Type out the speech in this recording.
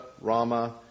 Rama